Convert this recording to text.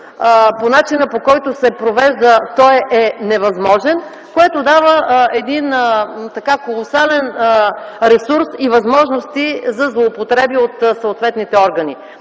по начина по който се провежда той е невъзможен, което дава един колосален ресурс и възможности за злоупотреби от съответните органи.